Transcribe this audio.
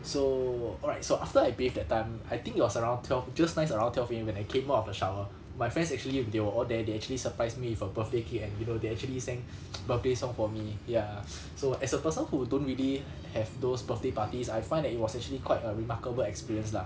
so alright so after I bathe that time I think it was around twelve just nice around twelve A_M when I came out of the shower my friends actually they were all there they actually surprised me with a birthday cake and you know they actually sang birthday song for me ya so as a person who don't really have those birthday parties I find that it was actually quite a remarkable experience lah